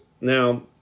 Now